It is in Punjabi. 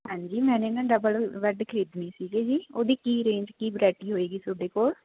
ਹਾਂਜੀ ਮੈਨੇ ਨਾ ਡਬਲ ਬੈਡ ਖਰੀਦਣੀ ਸੀਗੇ ਜੀ ਉਹਦੀ ਕੀ ਰੇਂਜ ਕੀ ਵਰਾਇਟੀ ਹੋਏਗੀ ਤੁਹਾਡੇ ਕੋਲ